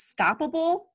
stoppable